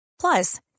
Plus